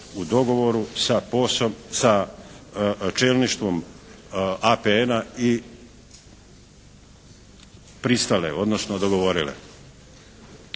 sa POS-om, sa čelništvom APN-a i pristale, odnosno dogovorile.